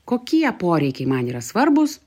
kokie poreikiai man yra svarbūs